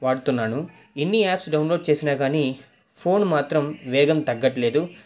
ఎన్ని apps download చేసిన కానీ ఫోను మాత్రం వేగం తగ్గట్లేదు